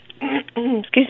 excuse